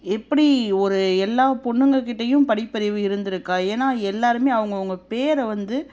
எப்படி ஒரு எல்லா பெண்ணுங்கக்கிட்டையும் படிப்பு அறிவு இருந்திருக்கா ஏன்னால் எல்லோருமே அவங்கவுங்க பேரை வந்து